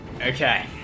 Okay